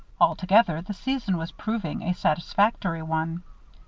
altogether, the season was proving a satisfactory one.